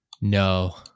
no